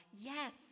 Yes